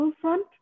front